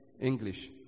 English